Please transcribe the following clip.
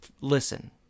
listen